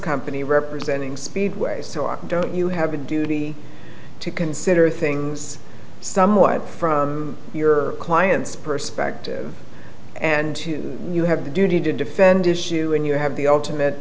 company representing speedways so why don't you have a duty to consider things somewhat from your client's perspective and two you have the duty to defend issue and you have the ultimate